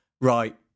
Right